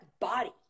body